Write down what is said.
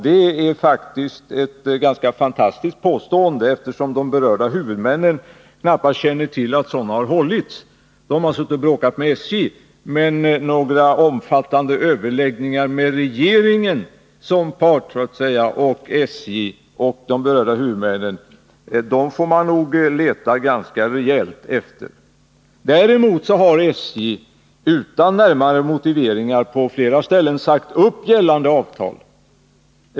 Det är ett ganska fantastiskt påstående, eftersom de berörda huvudmännen knappast känner till att sådana överläggningar har hållits. Huvudmännen har suttit och bråkat med SJ, men några omfattande överläggningar med även regeringen som part får man troligen leta ganska noga efter. Däremot har SJ utan närmare motiveringar på flera ställen sagt upp gällande avtal.